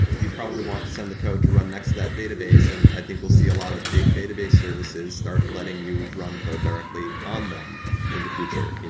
you probably want to send the code to run next that database, and i think we'll see a lot of big database services start letting you run code directly on them in the future,